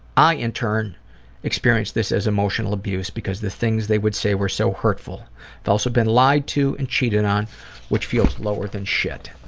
i in turn experienced this as emotional abuse because the things they would say were so hurtful. i've also been lied to and cheated on which feels lower than shit.